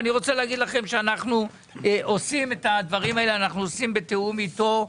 ואני רוצה להגיד לכם שאנחנו עושים את הדברים האלה בתיאום איתו,